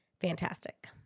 fantastic